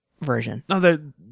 version